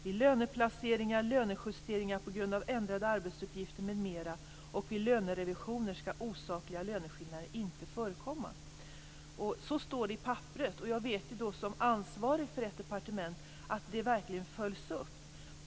Vid löneplaceringar och lönejusteringar på grund av ändrade arbetsuppgifter m.m. och vid lönerevisioner skall osakliga löneskillnader inte förekomma. Så står det i papperet. Jag vet som ansvarig för ett departement att det verkligen följs upp.